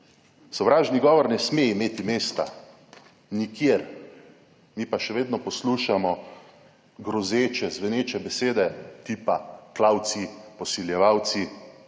Sovražni govor ne sme imeti mesta nikjer, mi pa še vedno poslušamo grozeče zveneče besede tipa klavci, posiljevalci